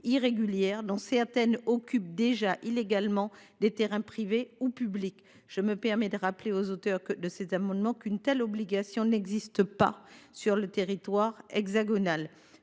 irrégulière, dont certaines occupent déjà illégalement des terrains privés ou publics. Je me permets de rappeler aux auteurs de ces amendements qu’une telle obligation n’existe pas sur le territoire hexagonal.